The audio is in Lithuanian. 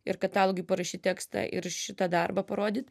ir katalogui parašyt tekstą ir šitą darbą parodyt